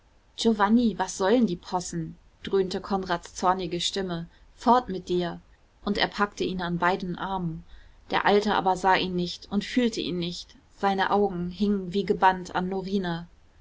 giovanni was sollen die possen dröhnte konrads zornige stimme fort mit dir und er packte ihn an beiden armen der alte aber sah ihn nicht und fühlte ihn nicht seine augen hingen wie gebannt an norina